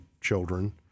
children